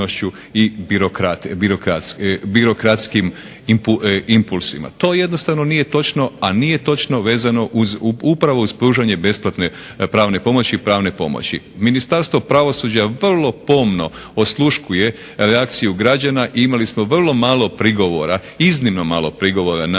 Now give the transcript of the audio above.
i birokratskim impulsima. To jednostavno nije točno, a nije točno upravo uz pružanje besplatne pravne pomoći i pravne pomoći. Ministarstvo pravosuđa vrlo pomno osluškuje reakciju građana i imali smo vrlo malo prigovora, iznimno malo prigovora, a